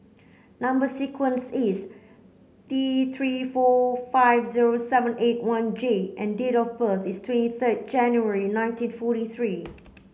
number sequence is T three four five zero seven eight one J and date of birth is twenty third January nineteen forty three